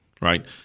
right